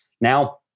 Now